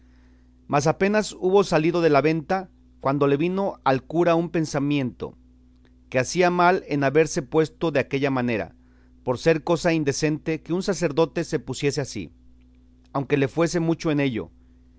mas apenas hubo salido de la venta cuando le vino al cura un pensamiento que hacía mal en haberse puesto de aquella manera por ser cosa indecente que un sacerdote se pusiese así aunque le fuese mucho en ello